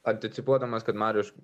anticipuodamas kad mariuš